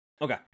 Okay